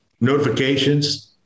notifications